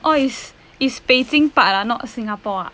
oh is is beijing part ah not singapore ah